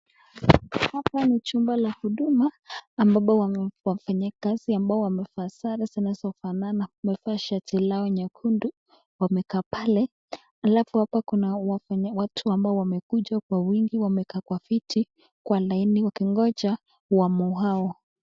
Hapa ni jumba la huduma ambapo wafanyakazi ambao wamevaa sare zinazofanana, wamevaa shati lao nyekundu wamekaa pale, alafu hapa kuna watu ambao wamekuja kwa wingi wamekaa kwa vitu, kwa laini wakigonja wamu wao.